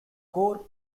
core